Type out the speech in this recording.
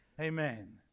Amen